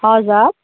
हजुर